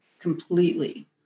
completely